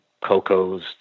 COCOs